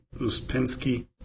Uspensky